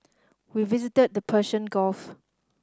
we visited the Persian Gulf